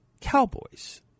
cowboys